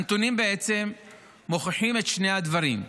הנתונים בעצם מוכיחים את שני הדברים: